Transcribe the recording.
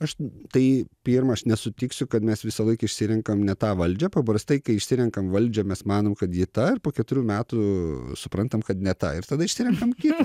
aš tai pirma aš nesutiksiu kad mes visąlaik išsirenkam ne tą valdžią paprastai kai išsirenkam valdžią mes manom kad ji ta ir po keturių metų suprantam kad ne ta ir tada išsirenkam kitą